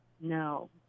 No